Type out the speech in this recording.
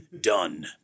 done